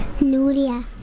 Nuria